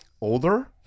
Older